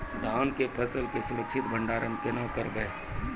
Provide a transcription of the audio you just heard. धान के फसल के सुरक्षित भंडारण केना करबै?